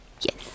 Yes